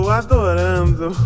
adorando